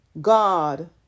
God